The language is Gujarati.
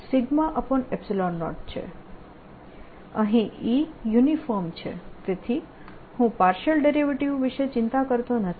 અહીં E યુનિફોર્મ છે તેથી હું પાર્શીયલ ડેરિવેટીવ વિષે ચિંતા કરતો નથી